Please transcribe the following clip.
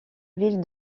ville